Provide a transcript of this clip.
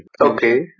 okay